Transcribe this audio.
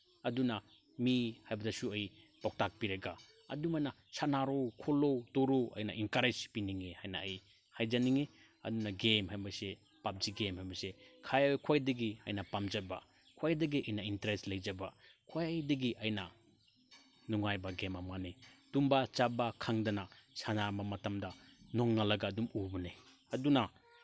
ꯑꯗꯨꯅ ꯃꯤ ꯍꯥꯏꯕꯗꯁꯨ ꯑꯩ ꯄꯥꯎꯇꯥꯛ ꯄꯤꯔꯒ ꯑꯗꯨꯃꯥꯏꯅ ꯁꯥꯟꯅꯔꯣ ꯈꯣꯠꯂꯣ ꯇꯧꯔꯣ ꯍꯥꯏꯅ ꯑꯦꯟꯀꯔꯦꯖ ꯄꯤꯅꯤꯡꯉꯤ ꯍꯥꯏꯅ ꯑꯩ ꯍꯥꯏꯖꯅꯤꯡꯉꯤ ꯑꯗꯨꯅ ꯒꯦꯝ ꯍꯥꯏꯕꯁꯤ ꯄꯞꯖꯤ ꯒꯦꯝ ꯍꯥꯏꯕꯁꯤ ꯈ꯭ꯋꯥꯏꯗꯒꯤ ꯑꯩꯅ ꯄꯥꯝꯖꯕ ꯈ꯭ꯋꯥꯏꯗꯒꯤ ꯑꯩꯅ ꯏꯟꯇꯔꯦꯁ ꯂꯩꯖꯕ ꯈ꯭ꯋꯥꯏꯗꯒꯤ ꯑꯩꯅ ꯅꯨꯡꯉꯥꯏꯕ ꯒꯦꯝ ꯑꯃꯅꯤ ꯇꯨꯝꯕ ꯆꯥꯕ ꯈꯪꯗꯅ ꯁꯥꯟꯅꯕ ꯃꯇꯝꯗ ꯅꯣꯡꯉꯥꯜꯂꯒ ꯑꯗꯨꯝ ꯎꯕꯅꯦ ꯑꯗꯨꯅ